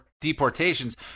deportations